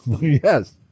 Yes